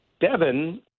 Devin